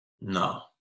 No